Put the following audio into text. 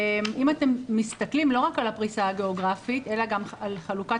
אם אתם מסתכלים לא רק על הפריסה הגיאוגרפית אלא גם על חלוקת